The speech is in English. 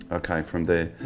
okay from there.